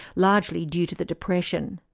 largely due to the depression.